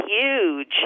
huge